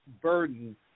burden